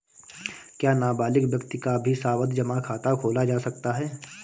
क्या नाबालिग व्यक्ति का भी सावधि जमा खाता खोला जा सकता है?